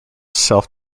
self